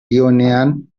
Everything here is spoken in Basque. dioenean